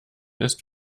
ist